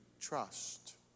trust